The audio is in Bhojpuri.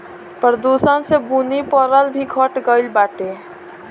प्रदूषण से बुनी परल भी घट गइल बाटे